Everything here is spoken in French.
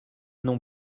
non